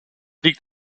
liegt